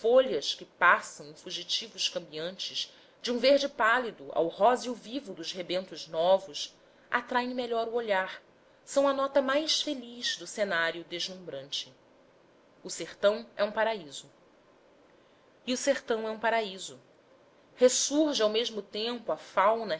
folhas que passam em fugitivos cambiantes de um verde pálido ao róseo vivo dos rebentos novos atraem melhor o olhar são a nota mais feliz do cenário deslumbrante o sertão é um paraíso e o sertão é um paraíso ressurge ao mesmo tempo a fauna